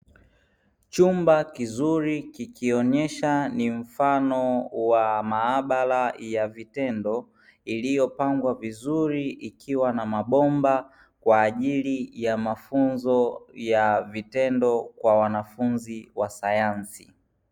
Chumba kizuri kikionesha ni mfano wa maabara ya vitendo, iliyopangwa vizuri ikiwa na mabomba kwa ajili ya mafunzo ya vitendo kwa wanafunzi wa sayansi.